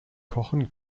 kochen